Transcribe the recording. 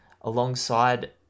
alongside